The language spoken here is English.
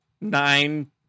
nine